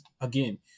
again